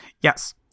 yes